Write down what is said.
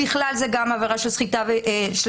בכלל זה גם עבירה של סחיטה באיומים,